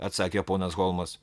atsakė ponas holmas